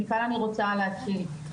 מכאן אני רוצה להתחיל.